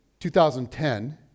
2010